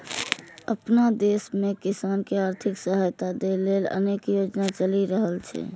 अपना देश मे किसान कें आर्थिक सहायता दै लेल अनेक योजना चलि रहल छै